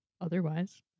otherwise